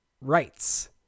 rights